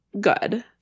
good